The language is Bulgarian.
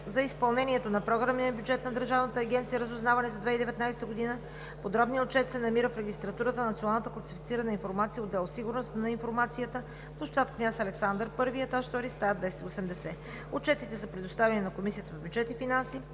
за изпълнението на програмния бюджет на Държавната агенция „Разузнаване“ за 2019 г., подробният Отчет се намира в Регистратурата на Националната класифицирана информация, отдел „Сигурност на информацията“, пл. „Княз Александър І“, етаж втори, стая 280. Отчетите са предоставени на Комисията по бюджет и финанси